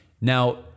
now